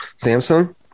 Samsung